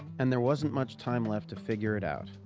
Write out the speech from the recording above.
and there wasn't much time left to figure it out.